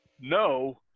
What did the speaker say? no